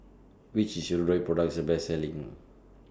Which Hirudoid Product IS The Best Selling